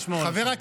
חבר הכנסת טיבי.